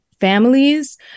families